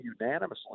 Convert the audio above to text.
unanimously